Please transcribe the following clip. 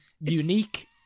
unique